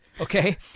Okay